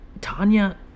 tanya